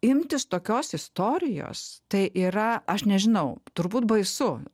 imtis tokios istorijos tai yra aš nežinau turbūt baisu